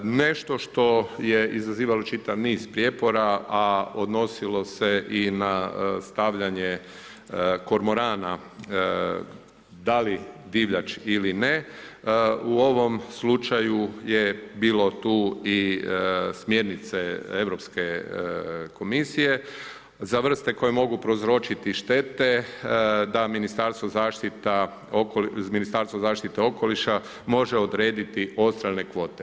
Nešto što je izazivalo čitav niz prijepora, a odnosilo se i na stavljanje kormorana, da li divljač ili ne, u ovom slučaju je bilo tu i smjernice Europske komisije za vrste koje mogu prouzročiti štete, da Ministarstvo zaštite okoliša može odrediti odstrelne kvote.